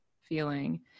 feeling